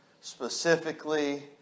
specifically